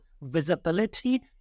visibility